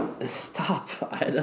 Stop